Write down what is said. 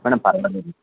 madam పర్వాలేదు